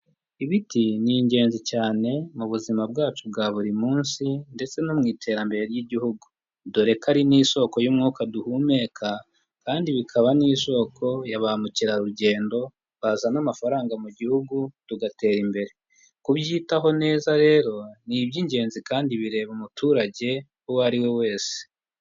Ibiti ni ingenzi cyane mu buzima bwacu bwa buri munsi ndetse no mu iterambere ry'igihugu, dore ko ari n'isoko y'umwuka duhumeka kandi bikaba n'isoko ya ba mukerarugendo bazana amafaranga mu gihugu tugatera imbere, kubyitaho neza rero ni iby'ingenzi kandi bireba umuturage uwo ari we wese.